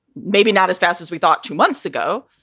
maybe not as fast as we thought two months ago,